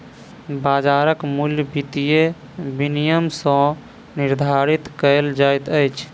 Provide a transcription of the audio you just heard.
बाजारक मूल्य वित्तीय विनियम सॅ निर्धारित कयल जाइत अछि